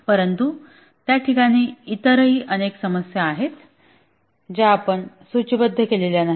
परंतु त्या ठिकाणी इतरही अनेक समस्या आहेत ज्या आपण सूची बद्ध केल्या नाहीत